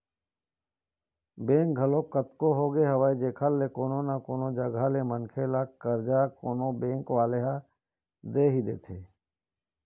bank घलोक कतको होगे हवय जेखर ले कोनो न कोनो जघा ले मनखे ल करजा कोनो बेंक वाले ह दे ही देथे